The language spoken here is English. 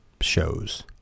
shows